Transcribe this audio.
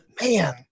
man